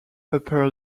upper